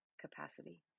capacity